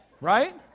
Right